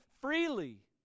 freely